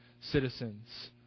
citizens